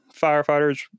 firefighters